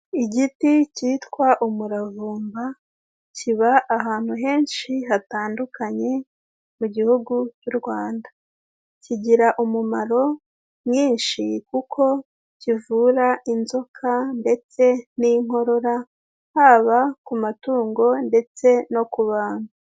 Igiti cyitwa umuravumba, kiba ahantu henshi hatandukanye mu gihugu cy'u Rwanda. Kigira umumaro mwinshi kuko kivura inzoka ndetse n'inkorora, haba ku matungo ndetse no ku bantu.